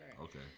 Okay